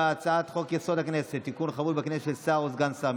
הצעת חוק-יסוד: הכנסת (תיקון מס' 52) (חברות בכנסת של שר או סגן שר),